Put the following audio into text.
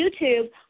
YouTube